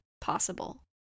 possible